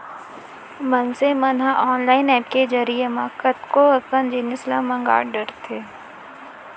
मनसे मन ह ऑनलाईन ऐप के जरिए म कतको अकन जिनिस ल मंगा डरथे